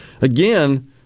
Again